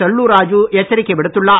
செல்லூர் ராஜு எச்சரிக்கை விடுத்துள்ளார்